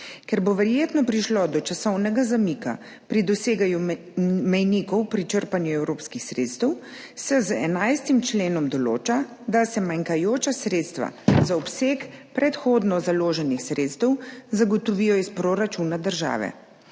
Ker bo verjetno prišlo do časovnega zamika pri doseganju mejnikov pri črpanju evropskih sredstev, se z 11. členom določa, da se manjkajoča sredstva za obseg predhodno založenih sredstev zagotovijo iz proračuna države.